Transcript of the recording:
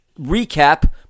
recap